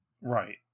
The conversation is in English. Right